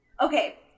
Okay